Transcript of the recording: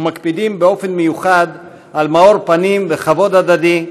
ומקפידים באופן מיוחד על מאור פנים וכבוד הדדי,